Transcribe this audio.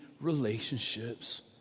relationships